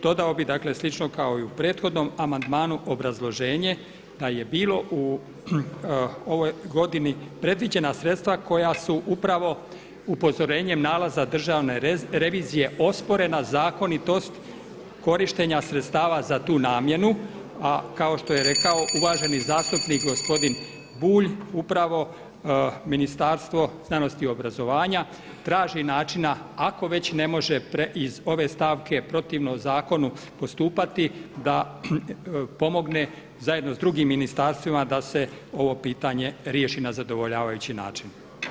Dodao bih slično kao i u prethodnom amandmanu obrazloženje, da je bilo u ovoj godini predviđena sredstva koja su upravo upozorenjem nalaza Državne revizije osporena zakonitost korištenja sredstava za tu namjenu, a kao što je rekao uvaženi zastupnik gospodin Bulj, upravo Ministarstvo znanosti i obrazovanja traži načina ako već ne može iz ove stavke protivno zakonu postupati da pomogne zajedno s drugim ministarstvima da se ovo pitanje riješi na zadovoljavajući način.